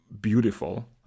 beautiful